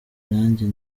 nanjye